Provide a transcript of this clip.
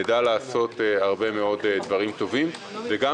נדע לעשות הרבה מאד דברים טובים וגם